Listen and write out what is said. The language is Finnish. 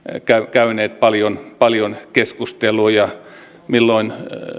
käyneet paljon paljon keskusteluja milloin